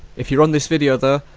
if you're on this video though,